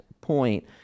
point